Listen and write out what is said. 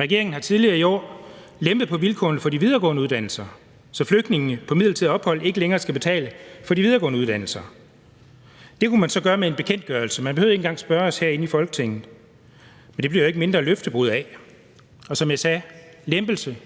Regeringen har tidligere i år lempet på vilkårene for de videregående uddannelser, så flygtninge på midlertidigt ophold ikke længere skal betale for at tage en videregående uddannelse. Det kunne man så gøre med en bekendtgørelse – man behøvede ikke engang spørge os herinde i Folketinget. Men det bliver det jo ikke mindre løftebrud af. Og som jeg sagde: Det er lempelse